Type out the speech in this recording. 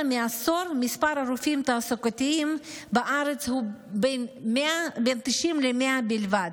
מעשור מספר הרופאים התעסוקתיים בארץ הוא בין 90 ל-100 בלבד,